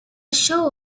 show